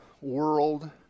world